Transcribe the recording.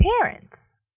parents